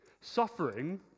Suffering